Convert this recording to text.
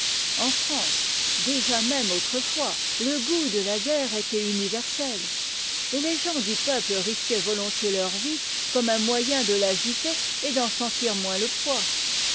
en france déjà même autrefois le goût de la guerre était universel et les gens du peuple risquaient volontiers leur vie comme un moyen de l'agiter et d'en sentir moins le poids